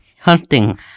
hunting